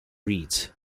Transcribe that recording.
reads